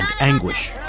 anguish